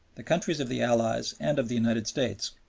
the countries of the allies and of the united states,